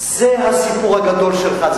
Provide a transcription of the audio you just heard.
זה הסיפור הגדול שלך,